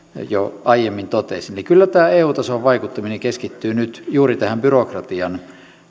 jo aiemmin totesin kyllä tämä eu tason vaikuttaminen keskittyy nyt juuri tähän byrokratian